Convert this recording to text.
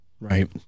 Right